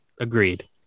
Agreed